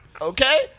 Okay